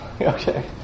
Okay